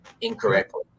incorrectly